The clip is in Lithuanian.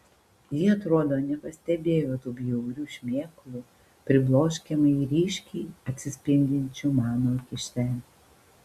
ji atrodo nepastebėjo tų bjaurių šmėklų pribloškiamai ryškiai atsispindinčių mano akyse